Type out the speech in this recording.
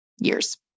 years